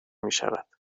میشود